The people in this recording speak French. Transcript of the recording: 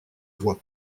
voit